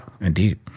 indeed